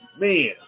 Man